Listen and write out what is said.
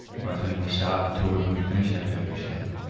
both when we start the tour and when we finish our turkish leg,